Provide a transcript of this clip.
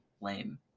lame